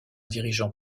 dirigeant